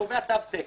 שקובע תו תקן.